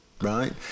right